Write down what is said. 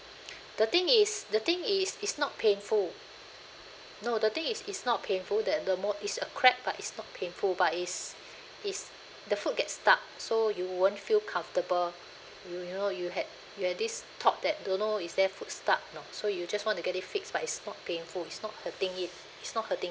the thing is the thing is it's not painful no the thing is it's not painful that the mol~ it's a crack but is not painful but is is the food gets stuck so you won't feel comfortable you you know you had you had this thought that don't know is there food stuck not so you just want to get it fixed but it's not painful it's not hurting it it's not hurting